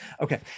Okay